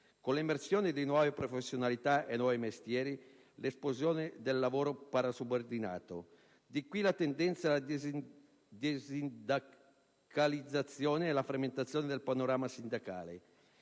con l'emersione di nuove professionalità e nuovi mestieri e l'esplosione del lavoro parasubordinato. Di qui la tendenza alla desindacalizzazione e alla frammentazione del panorama sindacale.